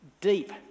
deep